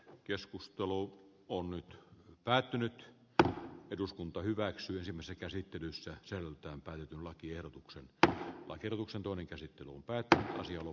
keskustelu on nyt päättynyt että eduskunta hyväksyisimmässä käsittelyssä se on tähän päädytyn lakiehdotuksen että baker usa toinen käsittely niihin altaisiin